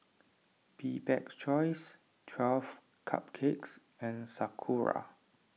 Bibik's Choice twelve Cupcakes and Sakura